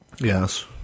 Yes